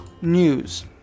news